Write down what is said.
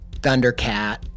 Thundercat